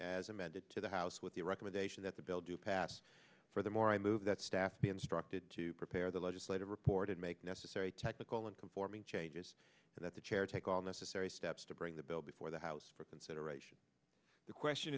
as amended to the house with the recommendation that the bill do pass for the more i move that staff be instructed to prepare the legislative reported make necessary technical and conforming changes so that the chair take all necessary steps to bring the bill before the house for consideration the question